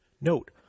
Note